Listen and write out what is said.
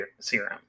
serum